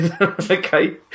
Okay